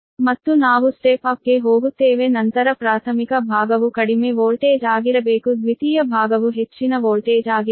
ಮತ್ತು ನಾವು ಸ್ಟೆಪ್ ಅಪ್ಗೆ ಹೋಗುತ್ತೇವೆ ನಂತರ ಪ್ರಾಥಮಿಕ ಭಾಗವು ಕಡಿಮೆ ವೋಲ್ಟೇಜ್ ಆಗಿರಬೇಕು ದ್ವಿತೀಯ ಭಾಗವು ಹೆಚ್ಚಿನ ವೋಲ್ಟೇಜ್ ಆಗಿರಬೇಕು